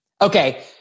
Okay